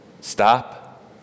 Stop